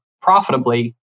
profitably